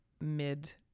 mid